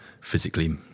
physically